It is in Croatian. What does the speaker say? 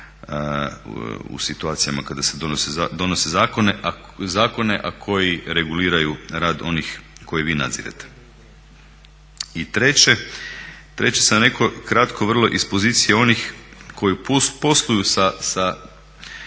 u situacijama kada se donose zakoni a koji reguliraju rad onih koje vi nadzirete. I treće, treće sam rekao, kratko vrlo iz pozicije onih koji posluju sa